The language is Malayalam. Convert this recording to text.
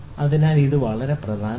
അതിനാൽ ഇത് വളരെ പ്രധാനമാണ്